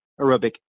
aerobic